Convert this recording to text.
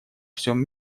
всем